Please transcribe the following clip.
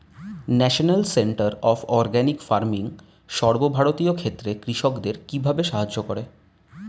National centre of organic farming সর্বভারতীয় ক্ষেত্রে কৃষকদের কিভাবে সাহায্য করে?